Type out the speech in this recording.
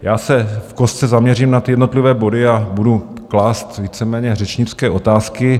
Já se v kostce zaměřím na ty jednotlivé body a budu klást víceméně řečnické otázky.